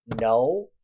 no